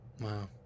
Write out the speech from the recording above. Wow